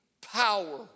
power